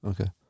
Okay